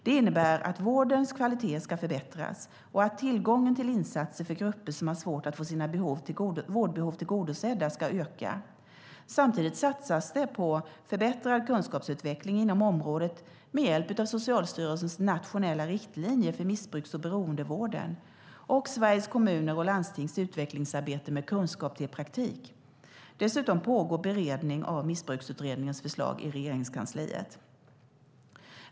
Det innebär att vårdens kvalitet ska förbättras och att tillgången till insatser för grupper som har svårt att få sina vårdbehov tillgodosedda ska öka. Samtidigt satsas på en förbättrad kunskapsutveckling inom området med hjälp av Socialstyrelsens nationella riktlinjer för missbrukar och beroendevården och Sveriges Kommuner och Landstings utvecklingsarbete med kunskap till praktik. Dessutom pågår beredning av Missbruksutredningens förslag i Regeringskansliet.